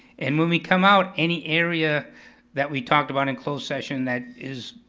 and when we come out, any area that we talked about in closed session that is,